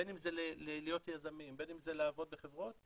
בין אם זה להיות יזמים ובין אם זה לעבוד בחברות,